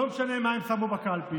לא משנה מה הם שמו בקלפי.